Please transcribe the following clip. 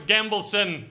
Gambleson